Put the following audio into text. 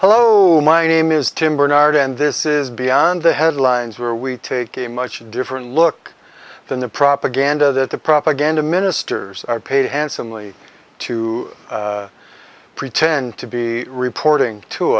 hello my name is tim barnard and this is beyond the headlines where we take a much different look than the propaganda that the propaganda ministers are paid handsomely to pretend to be reporting to